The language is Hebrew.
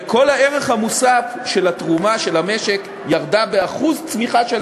וכל הערך המוסף של התרומה של המשק ירד ב-1% שלם של צמיחה,